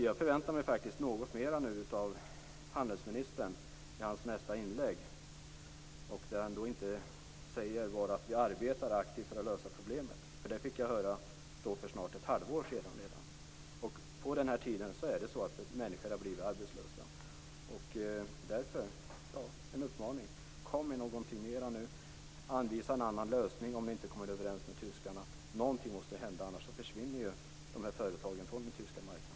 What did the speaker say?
Jag förväntar mig något mera nu av handelsministern i hans nästa inlägg, att han inte bara säger att "vi arbetar aktivt för att lösa problemet". Det fick jag höra för snart ett halvår sedan. På den här tiden har människor blivit arbetslösa. Därför är min uppmaning: Kom med någonting mera nu! Anvisa en annan lösning om ni inte kommer överens med tyskarna! Någonting måste hända - annars försvinner de här företagen från den tyska marknaden.